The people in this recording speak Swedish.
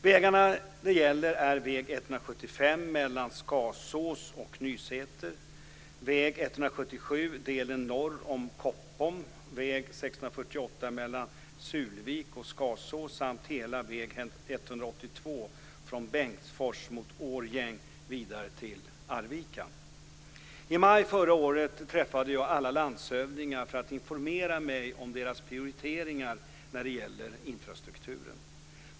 Vägarna det gäller är väg 175 mellan Skasås och Nysäter, väg 177 delen norr om Koppom, väg 648 mellan Sulvik och Skasås samt hela väg 172 från Bengtsfors mot Årjäng vidare till Arvika. I maj förra året träffade jag alla landshövdingar för att informera mig om deras prioriteringar när det gäller infrastrukturen.